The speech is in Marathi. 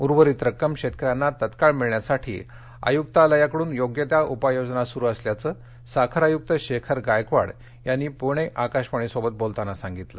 उर्वरित रक्कम शेतकऱ्यांना तत्काळ मिळण्यासाठी आयुक्तालयाकडून योग्य त्या उपाययोजना सुरू असल्याचं साखर आयुक्त शेखर गायकवाड यांनी पूणे आकाशवाणीसोबत बोलताना सांगितलं